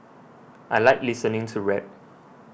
I like listening to rap